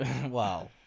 Wow